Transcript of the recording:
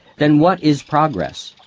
then what is progress?